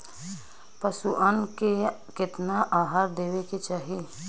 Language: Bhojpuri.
पशुअन के केतना आहार देवे के चाही?